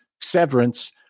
Severance